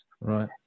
right